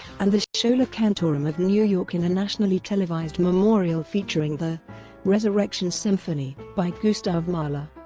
and the schola cantorum of new york in a nationally televised memorial featuring the resurrection symphony by gustav mahler.